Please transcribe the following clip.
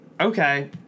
okay